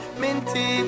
minty